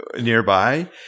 nearby